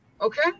okay